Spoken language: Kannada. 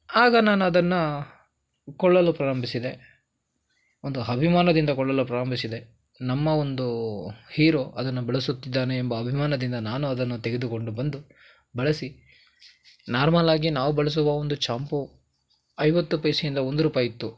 ಆಗ ನಾನು ಅದನ್ನು ಕೊಳ್ಳಲು ಪ್ರಾರಂಭಿಸಿದೆ ಒಂದು ಅಭಿಮಾನದಿಂದ ಕೊಳ್ಳಲು ಪ್ರಾರಂಭಿಸಿದೆ ನಮ್ಮ ಒಂದು ಹೀರೋ ಅದನ್ನು ಬಳಸುತ್ತಿದ್ದಾನೆ ಎಂಬ ಅಭಿಮಾನದಿಂದ ನಾನು ಅದನ್ನು ತೆಗೆದುಕೊಂಡು ಬಂದು ಬಳಸಿ ನಾರ್ಮಲ್ಲಾಗಿ ನಾವು ಬಳಸುವ ಒಂದು ಚ್ಯಾಂಪೂ ಐವತ್ತು ಪೈಸೆಯಿಂದ ಒಂದುರೂಪಾಯ್ ಇತ್ತು